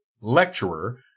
lecturer